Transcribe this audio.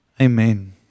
Amen